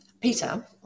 peter